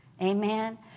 Amen